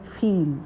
feel